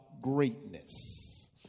greatness